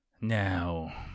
Now